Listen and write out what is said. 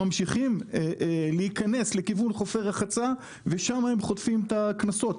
ממשיכים להיכנס לכיוון חופי רחצה ושם הם חוטפים את הקנסות.